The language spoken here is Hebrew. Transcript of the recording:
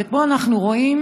אתמול אנחנו רואים